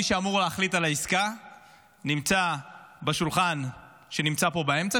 מי שאמור להחליט על העסקה נמצא בשולחן שנמצא פה באמצע,